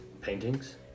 Paintings